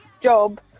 job